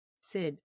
Sid